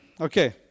Okay